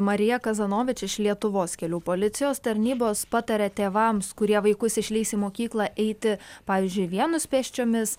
marija kazanovič iš lietuvos kelių policijos tarnybos pataria tėvams kurie vaikus išleis į mokyklą eiti pavyzdžiui vienus pėsčiomis